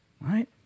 right